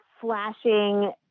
flashing